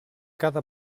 cada